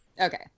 Okay